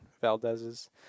Valdez's